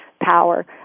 power